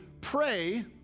pray